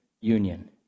union